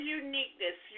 uniqueness